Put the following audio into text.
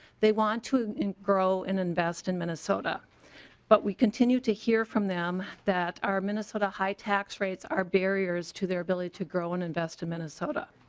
they want to grow and invest in minnesota but we continue to hear from them that our minnesota high tax rates are barriers to their ability to grow and invest in minnesota.